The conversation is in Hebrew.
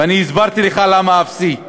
ואני הסברתי לך למה אפסי,